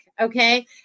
okay